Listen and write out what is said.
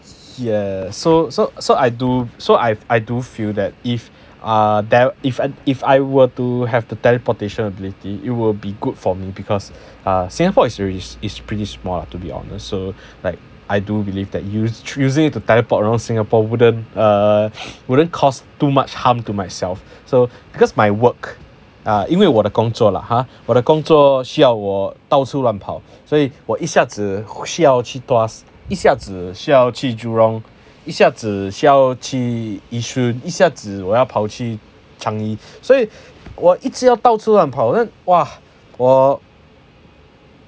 yeah so so so I do so I I do feel that if uh there~ if I if I were to have to teleportation ability it will be good for me because uh singapore is~ is pretty small lah to be honest so like I do believe that using it to teleport around singapore wouldn't uh wouldn't cost too much harm to myself so because my work ah 因为我的工作 lah ah 我的工作需要我到处乱跑所以我一下子需要去 tuas 一下子需要去 jurong 一下子需要去 yishun 一下子我要跑去 changi 所以我一直要到处乱跑的 !wah! 我